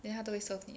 then 他都会 serve 你的